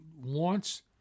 wants